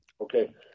Okay